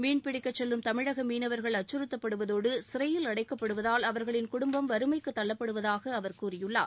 மீன்பிடிக்க செல்லும் தமிழக மீனவர்கள் அச்சுறத்தப்படுவதோடு சிறையில் அடைக்கப்படுவதால் அவர்களின் குடும்பம் வறுமைக்கு தள்ளப்படுவதாக அவர் கூறியுள்ளார்